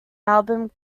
album